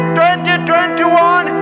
2021